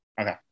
okay